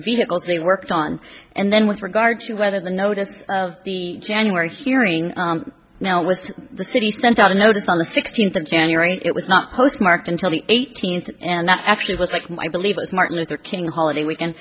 vehicles they worked on and then with regard to whether the notice of the january hearing now was the city sent out a notice on the sixteenth of january it was not postmarked until the eighteenth and that actually was like i believe was martin luther king holiday weekend